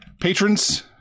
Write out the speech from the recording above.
patrons